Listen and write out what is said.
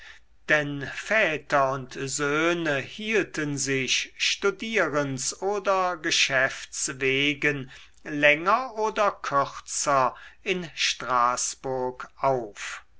denn väter und söhne hielten sich studierens oder geschäfts wegen länger oder kürzer in straßburg auf